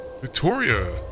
Victoria